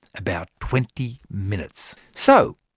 about twenty minutes. so,